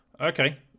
Okay